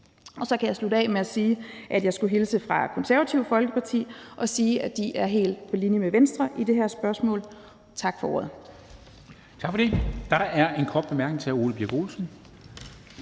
Og så kan jeg slutte af med at sige, at jeg skulle hilse fra Det Konservative Folkeparti og sige, at de er helt på linje med Venstre i det her spørgsmål. Tak for ordet. Kl. 10:36 Formanden (Henrik Dam Kristensen):